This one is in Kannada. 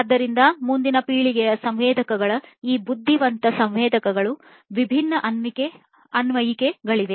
ಆದ್ದರಿಂದ ಮುಂದಿನ ಪೀಳಿಗೆಯ ಸಂವೇದಕಗಳ ಈ ಬುದ್ಧಿವಂತ ಸಂವೇದಕಗಳ ವಿಭಿನ್ನ ಅನ್ವಯಿಕೆಗಳಿವೆ